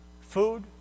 food